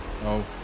No